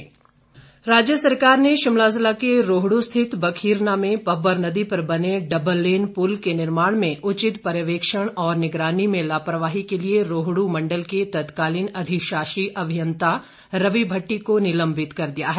निलंबन राज्य सरकार ने शिमला जिला के रोहड् स्थित बखीरना में पब्बर नदी पर बने डबल लेन पुल के निर्माण में उचित पर्यवेक्षण और निगरानी में लापरवाही के लिए रोहड् मंडल के तत्कालीन अधिशाषी अभियंता रवि भट्टी को निलंबित कर दिया है